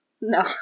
No